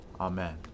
Amen